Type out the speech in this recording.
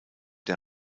der